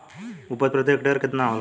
उपज प्रति हेक्टेयर केतना होला?